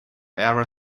ever